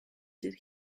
did